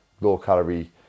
low-calorie